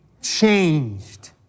changed